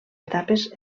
etapes